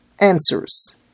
Answers